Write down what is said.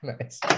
Nice